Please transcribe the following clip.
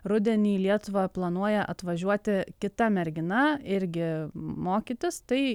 rudenį į lietuvą planuoja atvažiuoti kita mergina irgi mokytis tai